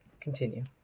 continue